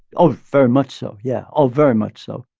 oh, very much so. yeah. oh, very much so